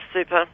super